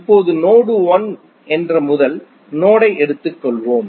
இப்போது நோடு 1 என்ற முதல் நோடை எடுத்துக்கொள்வோம்